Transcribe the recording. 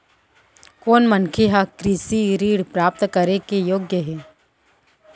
कोन मनखे ह कृषि ऋण प्राप्त करे के योग्य हे?